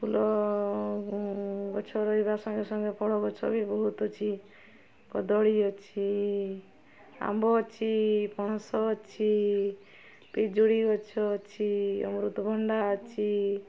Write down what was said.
ଫୁଲ ଗଛ ରହିବା ସଙ୍ଗେ ସଙ୍ଗେ ଫଳ ଗଛ ବି ବହୁତ ଅଛି କଦଳୀ ଅଛି ଆମ୍ବ ଅଛି ପଣସ ଅଛି ପିଜୁଳି ଗଛ ଅଛି ଅମୃତଭଣ୍ଡା ଅଛି